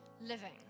living